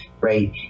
right